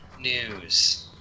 News